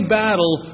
battle